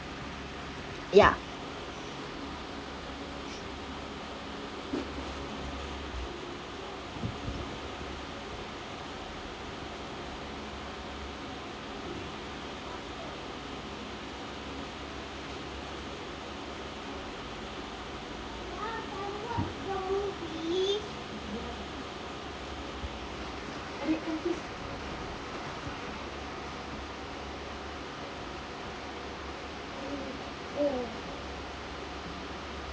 ya